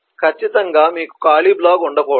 ఖచ్చితంగా మీకు ఖాళీ బ్లాగ్ ఉండకూడదు